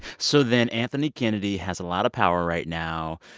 so then anthony kennedy has a lot of power right now.